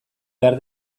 behar